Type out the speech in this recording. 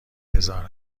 هزار